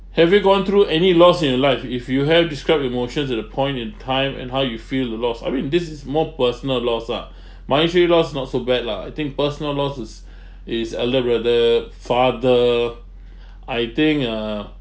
have you gone through any loss in you life if you have describe emotions at the point in time and how you feel the loss I mean this is more personal loss lah monetary loss not so bad lah I think personal loss is is elder brother father I think uh